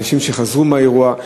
אנשים שחזרו מהאירוע,